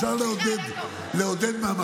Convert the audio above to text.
אפשר לעודד מהמקום.